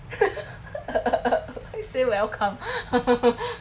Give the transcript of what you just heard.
why say welcome